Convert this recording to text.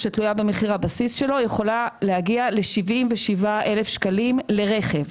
שתלויה במחיר הבסיס שלו יכולה להגיע ל-77 אלף שקלים לרכב.